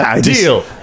Deal